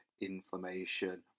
inflammation